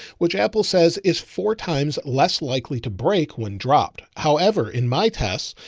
which apple says is four times less likely to break when dropped. however, in my tests,